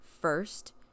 first